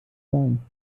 sein